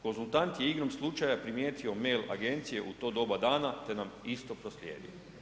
Konzultant je igrom slučaja primijetio mail agencije u to doba dana te nam isto proslijedio.